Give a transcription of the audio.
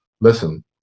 listen